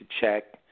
check